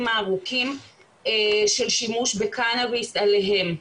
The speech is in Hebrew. הארוכים של שימוש בקנאביס עליהם.